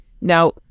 Now